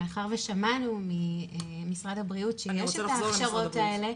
מאחר ושמענו ממשרד הבריאות שיש את ההכשרות האלה,